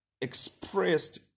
expressed